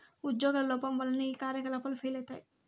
ఉజ్యోగుల లోపం వల్లనే ఈ కార్యకలాపాలు ఫెయిల్ అయితయి